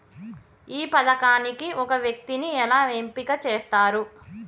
ఈ పథకానికి ఒక వ్యక్తిని ఎలా ఎంపిక చేస్తారు?